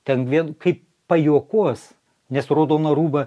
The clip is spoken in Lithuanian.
ten vien kaip pajuokos nes raudoną rūbą